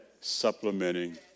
Supplementing